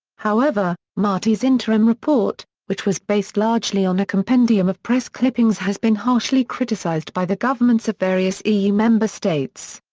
however, marty's interim report, which was based largely on a compendium of press clippings has been harshly criticised by the governments of various eu member states.